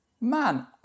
Man